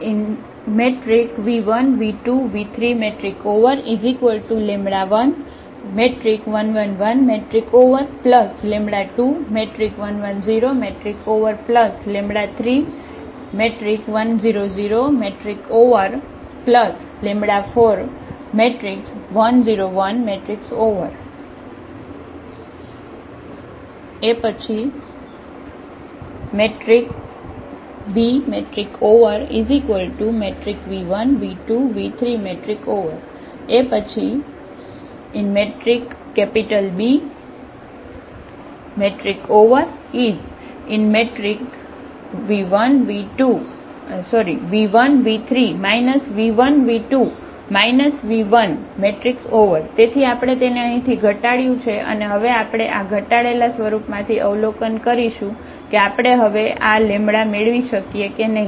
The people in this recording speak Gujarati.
v1 v2 v3 11 1 1 21 1 0 31 0 0 41 0 1 Bv1 v2 v3 Bv1 v3 v1 v2 v1 તેથી આપણે તેને અહીંથી ઘટાડ્યું છે અને હવે આપણે આ ઘટાડેલા સ્વરૂપમાંથી અવલોકન કરીશું કે આપણે હવે આ મેળવી શકીએ કે નહિ